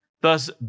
Thus